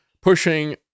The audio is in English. pushing